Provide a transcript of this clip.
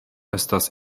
estas